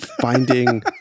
finding